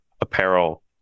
apparel